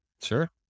Sure